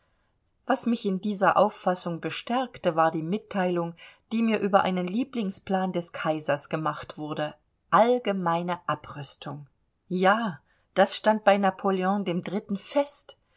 was mich in dieser auffassung bestärkte war die mitteilung die mir über einen lieblingsplan des kaisers gemacht wurde allgemeine abrüstung ja das stand bei napoleon iii fest